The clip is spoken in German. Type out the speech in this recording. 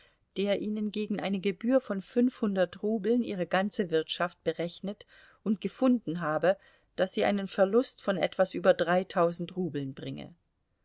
der ihnen gegen eine gebühr von fünfhundert rubeln ihre ganze wirtschaft berechnet und gefunden habe daß sie einen verlust von etwas über dreitausend rubeln bringe